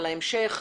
על ההמשך,